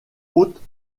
hautes